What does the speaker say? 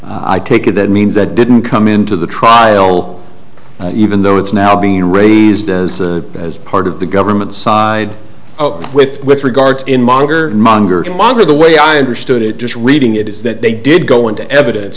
phone i take it that means that didn't come into the trial even though it's now being raised as as part of the government's side with regards in mongar mongering mongar the way i understood it just reading it is that they did go into evidence